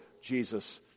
Jesus